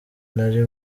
ntari